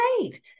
great